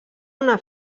una